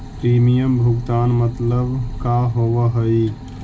Premium भुगतान मतलब का होव हइ?